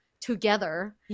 together